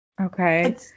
Okay